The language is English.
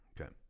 Okay